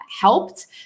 helped